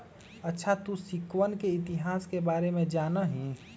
अच्छा तू सिक्कवन के इतिहास के बारे में जाना हीं?